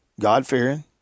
God-fearing